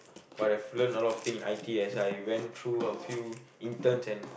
but I've learnt a lot of thing in I_T_E as I went through a few interns and